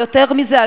ויותר מזה,